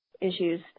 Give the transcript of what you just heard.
Issues